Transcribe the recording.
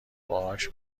باهاش